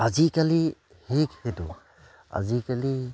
আজিকালি সেইহেতু আজিকালি